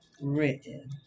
written